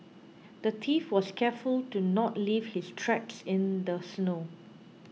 the thief was careful to not leave his tracks in the snow